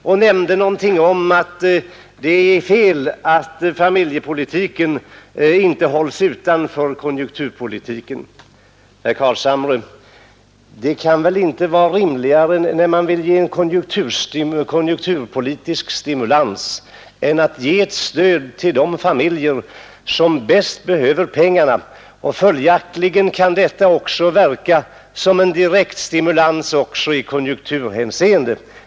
Han nämnde någonting om att det är fel att familjepolitiken inte hålls utanför konjunkturpolitiken. Herr Carlshamre! Ett sådant resonemang kan inte vara rimligt. Det måste vara riktigt då man söker att stimulera ekonomin att ge ett stöd till de familjer som bäst behöver pengarna; därigenom åstadkommer man stimulans i konjunkturhänseende.